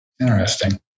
Interesting